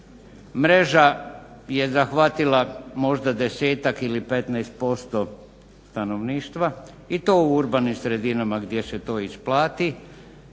mreža je zahvatila možda 10 ili 15% stanovništva i to u urbanim sredinama gdje se to isplati.